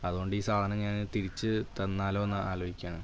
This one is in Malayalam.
അതുകൊണ്ടീ സാധനം ഞാൻ തിരിച്ച് തന്നാലോയെന്ന് ആലോചിക്കാണ്